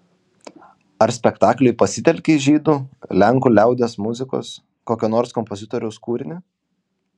ar spektakliui pasitelkei žydų lenkų liaudies muzikos kokio nors kompozitoriaus kūrinį